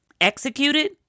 executed